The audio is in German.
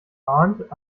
arndt